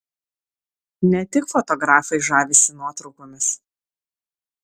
ne tik fotografai žavisi nuotraukomis